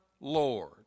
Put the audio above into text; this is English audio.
Lord